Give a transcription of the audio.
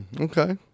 Okay